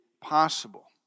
possible